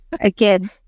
again